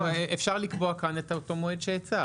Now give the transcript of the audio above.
לקבוע כאן את אותו מועד שהצעת.